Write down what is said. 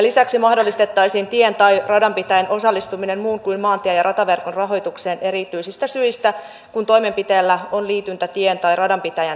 lisäksi mahdollistettaisiin tien tai radanpitäjän osallistuminen muun kuin maantie ja rataverkon rahoitukseen erityisistä syistä kun toimenpiteellä on liityntä tien tai radanpitäjän tehtäviin